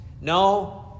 No